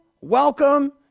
welcome